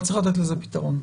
צריך לתת לזה פתרון.